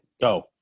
go